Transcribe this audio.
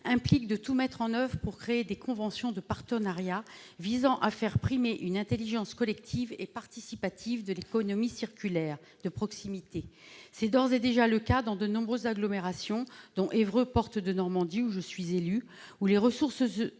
impliquent de tout mettre en oeuvre pour créer des conventions de partenariat visant à faire primer une intelligence collective et participative de l'économie circulaire de proximité. C'est d'ores et déjà le cas dans de nombreuses agglomérations, dont Évreux Portes de Normandie, où je suis élue et où les ressourceries